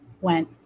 went